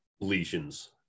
lesions